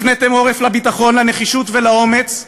הפניתם עורף לביטחון, לנחישות ולאומץ,